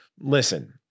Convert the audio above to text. Listen